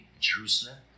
Jerusalem